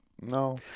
no